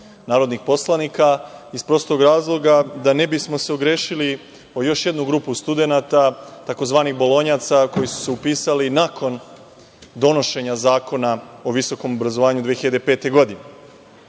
narodnih poslanika iz prostog razloga da se ne bi ogrešili o još jednu grupu studenata tzv. bolonjaca koji su se upisali nakon donošenja Zakon o visokom obrazovanju 2005.